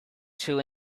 two